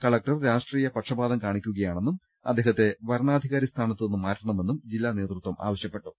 collector രാഷ്ട്രീയ പക്ഷപാതം കാണി ക്കുകയാണെന്നും അദ്ദേഹത്തെ വരണാധികാരി സ്ഥാനത്തു നിന്ന് മാറ്റണമെന്നും ജില്ലാ നേതൃത്വം ആവശ്യപ്പെട്ടു